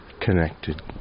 connected